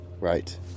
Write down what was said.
right